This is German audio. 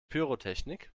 pyrotechnik